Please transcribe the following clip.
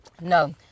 No